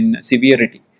severity